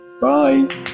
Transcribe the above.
bye